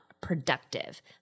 productive